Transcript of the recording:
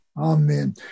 Amen